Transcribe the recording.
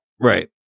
Right